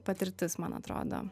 patirtis man atrodo